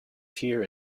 here